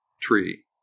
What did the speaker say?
tree